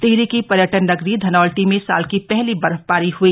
टिहरी की पर्यटन नगरी धनौल्टी में साल की पहली बर्फबारी हुई